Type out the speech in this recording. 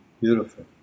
Beautiful